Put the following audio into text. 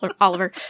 Oliver